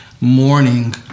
morning